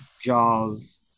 Jaws